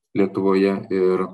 lietuvoje ir